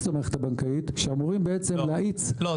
למערכת הבנקאית שאמורים בעצם להאיץ --- לא,